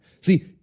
See